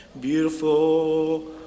Beautiful